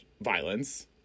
violence